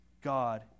God